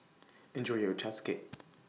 Enjoy your Ochazuke